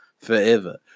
forever